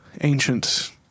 ancient